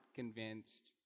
convinced